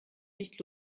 nicht